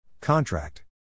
Contract